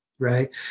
Right